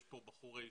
יש פה בחורי ישיבות,